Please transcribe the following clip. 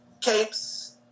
Cape's